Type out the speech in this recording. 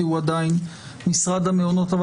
כי הוא עדיין משרד המעונות.